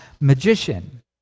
magician